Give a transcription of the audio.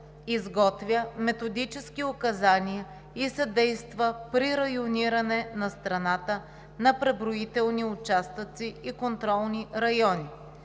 изготвя методически указания и съдейства при райониране на страната на преброителни участъци и контролни райони;